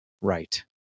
right